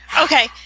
Okay